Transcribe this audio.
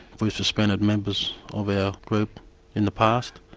we've suspended members of our group in the past,